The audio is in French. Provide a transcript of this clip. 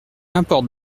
importe